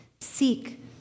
seek